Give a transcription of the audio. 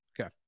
Okay